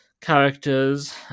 characters